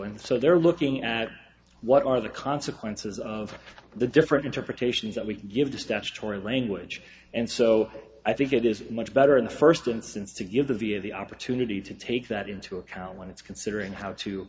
and so they're looking at what are the consequences of the different interpretations that we give the statutory language and so i think it is much better in the first instance to give the v a the opportunity to take that into account when it's considering how to